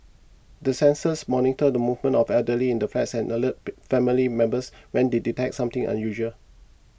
the sensors monitor the movements of elderly in the flats and alert family members when they detect something unusual